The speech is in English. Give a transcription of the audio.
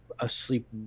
asleep